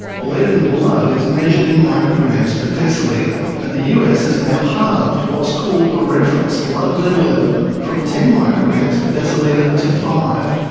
lead in the blood is measured in micrograms per decilitre and the us has now halved what's called the reference blood lead level from ten micrograms per but decilitre to five,